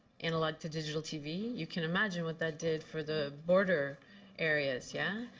analog to digital tv, you can imagine what that did for the border areas. yeah?